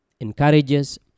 encourages